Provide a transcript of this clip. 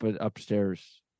upstairs